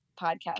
podcast